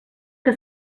que